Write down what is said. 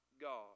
God